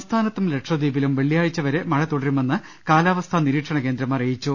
സംസ്ഥാനത്തും ലക്ഷദ്വീപിലും വെള്ളിയാഴ്ച്ച വരെ മഴ തുടരു മെന്ന് കാലാവസ്ഥാ നിരീക്ഷണ കേന്ദ്രം അറിയിച്ചു